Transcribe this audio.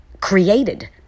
created